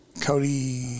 Cody